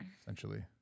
Essentially